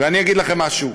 ואני אגיד לכם משהו,